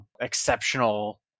exceptional